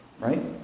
Right